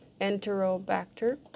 Enterobacter